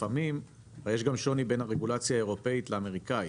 לפעמים יש גם שוני בין הרגולציה האירופאית לאמריקאית,